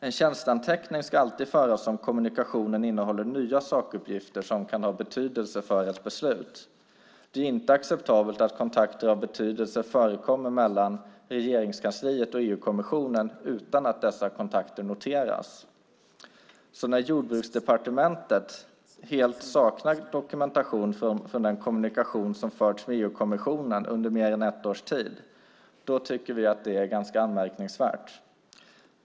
En tjänsteanteckning ska alltid föras om kommunikationen innehåller nya sakuppgifter som kan ha betydelse för ett beslut. Det är inte acceptabelt att kontakter av betydelse förekommer mellan Regeringskansliet och EU-kommissionen utan att dessa kontakter noteras. När Jordbruksdepartementet helt saknar dokumentation från den kommunikation som förts med EU-kommissionen under mer än ett års tid tycker vi att det är ganska anmärkningsvärt.